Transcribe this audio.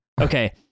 okay